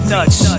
Nuts